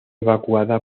evacuada